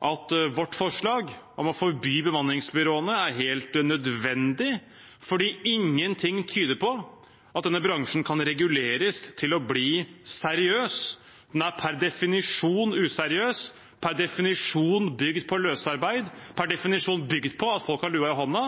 at vårt forslag om å forby bemanningsbyråene er helt nødvendig, fordi ingenting tyder på at denne bransjen kan reguleres til å bli seriøs. Den er per definisjon useriøs, per definisjon bygd på løsarbeid, per definisjon bygd på at folk har lua i hånda.